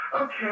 Okay